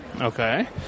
Okay